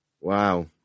Wow